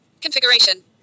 Configuration